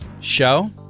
Show